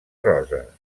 rosa